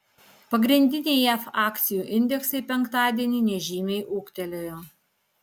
pagrindiniai jav akcijų indeksai penktadienį nežymiai ūgtelėjo